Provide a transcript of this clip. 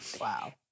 Wow